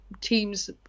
teams